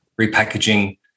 repackaging